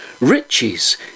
riches